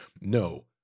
no